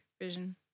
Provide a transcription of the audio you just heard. vision